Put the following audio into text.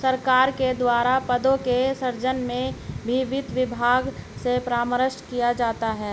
सरकार के द्वारा पदों के सृजन में भी वित्त विभाग से परामर्श किया जाता है